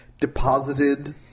deposited